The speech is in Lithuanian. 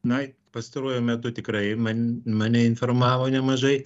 na pastaruoju metu tikrai man mane informavo nemažai